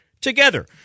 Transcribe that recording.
together